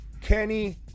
Kenny